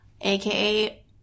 aka